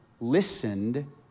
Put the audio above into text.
listened